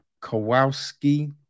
Kowalski